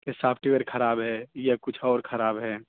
کہ software خراب ہے یا کچھ اور خراب ہے